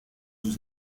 sus